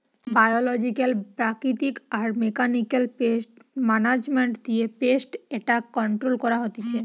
biological প্রাকৃতিক আর mechanical pest management দিয়ে পেস্ট এট্যাক কন্ট্রোল করা হতিছে